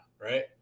right